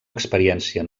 experiència